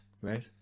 Right